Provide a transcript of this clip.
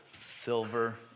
silver